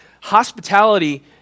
hospitality